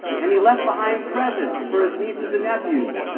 and he left behind presents for his nieces and nephews.